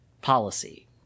policy